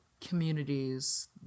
communities